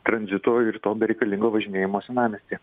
tranzito ir to bereikalingo važinėjimo senamiestyje